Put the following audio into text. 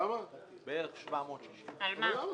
(עידוד